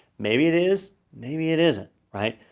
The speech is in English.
maybe it is, maybe it isn't, right?